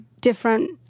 different